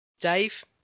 Dave